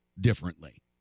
differently